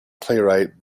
playwright